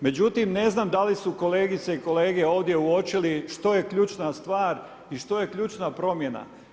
Međutim, ne znam da li su kolegice i kolege ovdje uočili što je ključna stvar i što je ključna promjena.